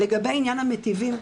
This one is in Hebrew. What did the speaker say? לגבי עניין המטיבים,